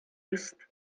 ist